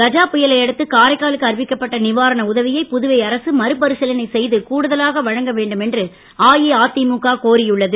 கஜா புயலையடுத்து காரைக்காலுக்கு அறிவிக்கப்பட்ட நீவாரண உதவியை புதுவை அரசு மறுபரிசிலனை செய்து கூடுதலாக வழங்க வேண்டும் என்று அஇஅதிமுக கோரியுள்ளது